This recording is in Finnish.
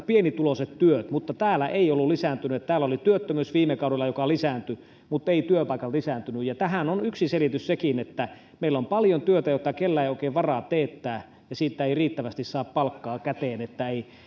pienituloiset työt mutta täällä ne eivät olleet lisääntyneet täällä oli työttömyys viime kaudella se joka lisääntyi työpaikat eivät tähän on yksi selitys sekin että meillä on paljon työtä jota kenelläkään ei ole oikein varaa teettää ja siitä ei riittävästi saa palkkaa käteen ei